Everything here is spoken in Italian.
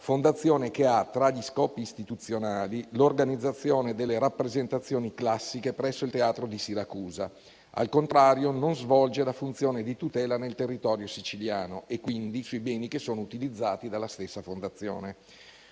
fondazione che ha tra gli scopi istituzionali l'organizzazione delle rappresentazioni classiche presso il teatro di Siracusa; al contrario non svolge la funzione di tutela nel territorio siciliano e quindi sui beni che sono utilizzati dalla stessa fondazione.